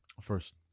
first